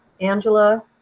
Angela